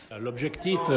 L'objectif